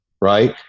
right